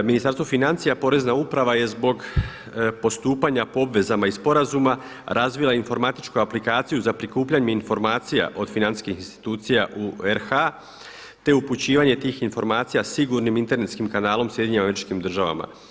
Ministarstvo financija, porezna uprava je zbog postupanja po obvezama iz sporazuma razvila informatičku aplikaciju za prikupljanje informacija od financijskih institucija u RH te upućivanje tih informacija sigurnim internetskim kanalom SAD-u.